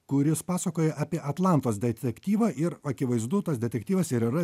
kuris pasakoja apie atlantos detektyvą ir akivaizdu tas detektyvas ir yra